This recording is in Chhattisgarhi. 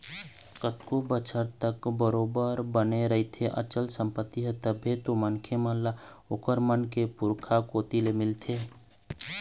कतको बछर तक बरोबर बने रहिथे अचल संपत्ति ह तभे तो मनखे मन ल ओखर मन के पुरखा कोती ले मिलथे